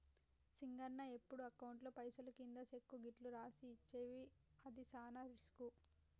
సింగన్న ఎప్పుడు అకౌంట్లో పైసలు కింది సెక్కు గిట్లు రాసి ఇచ్చేవు అది సాన రిస్కు